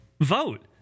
vote